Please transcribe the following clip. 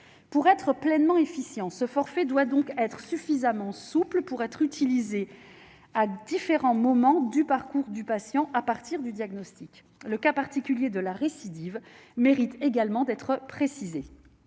pour être pleinement efficient, ce forfait doit donc être suffisamment souple pour être utilisés à différents moments du parcours du patient à partir du diagnostic, le cas particulier de la récidive mérite également d'être précisé